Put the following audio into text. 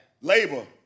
Labor